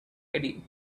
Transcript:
eddie